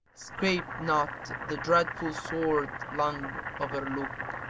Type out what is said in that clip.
scapes not the dreadful sword lunge of her look